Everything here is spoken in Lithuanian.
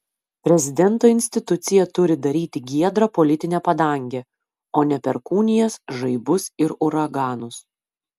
prezidento institucija turi daryti giedrą politinę padangę o ne perkūnijas žaibus ir uraganus